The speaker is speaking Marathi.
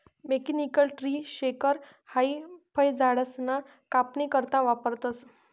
मेकॅनिकल ट्री शेकर हाई फयझाडसना कापनी करता वापरतंस